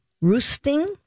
Roosting